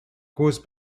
cause